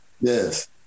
Yes